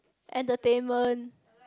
entertainment